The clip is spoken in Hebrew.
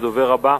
הדובר הבא,